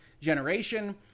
generation